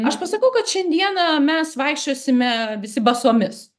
aš pasakau kad šiandieną mes vaikščiosime visi basomis